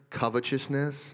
covetousness